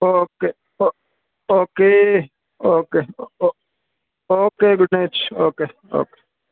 okay okay okay okay good night okay okay